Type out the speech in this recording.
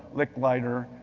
licklider,